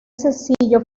sencillo